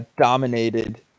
dominated